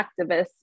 activists